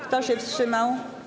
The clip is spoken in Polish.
Kto się wstrzymał?